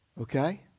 Okay